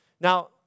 Now